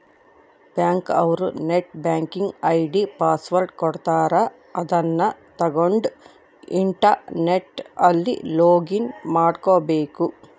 bank ಅವ್ರು net banking ID password ಕೊಡ್ತಾರ ಅದುನ್ನ ತಗೊಂಡ್ ಇಂಟರ್ನೆಟ್ ಅಲ್ಲಿ ಲೊಗಿನ್ ಮಾಡ್ಕಬೇಕು